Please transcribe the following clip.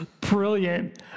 brilliant